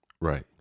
right